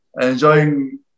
enjoying